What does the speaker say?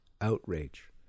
outrage